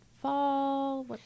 fall